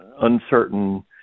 uncertain